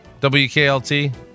WKLT